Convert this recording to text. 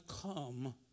come